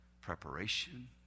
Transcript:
preparation